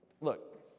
look